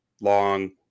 long